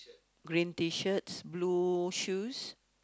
green T-shirts blue shoes